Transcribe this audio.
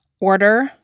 order